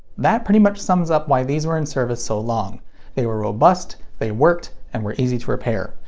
that pretty much sums up why these were in service so long they were robust, they worked, and were easy to repair.